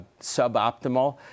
suboptimal